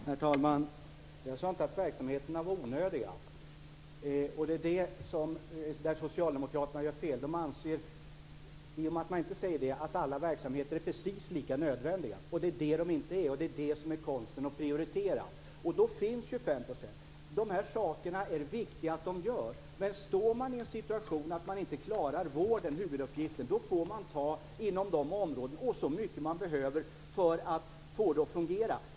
Herr talman! Jag sade inte att verksamheterna var onödiga. Det är där som Socialdemokraterna gör fel. De anser, i och med att de inte säger det, att alla verksamheter är precis lika nödvändiga. Det är det som de inte är. Det är det som är konsten att prioritera. Då finns det 25 %. Det är viktigt att de här sakerna görs. Men om man står i den situationen att man inte klarar vården, som är huvuduppgiften, får man ta så mycket som man behöver inom de områdena för att få det att fungera.